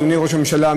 אדוני ראש הממשלה,